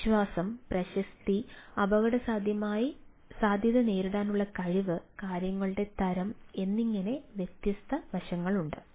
വിശ്വാസം പ്രശസ്തി അപകടസാധ്യത നേരിടാനുള്ള കഴിവ് കാര്യങ്ങളുടെ തരം എന്നിങ്ങനെ വ്യത്യസ്ത വശങ്ങളുണ്ട്